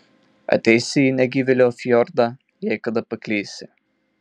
ateisi į negyvėlio fjordą jei kada paklysi